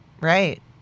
right